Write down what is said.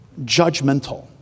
judgmental